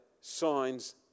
signs